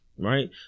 Right